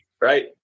right